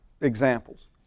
examples